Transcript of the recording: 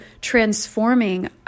transforming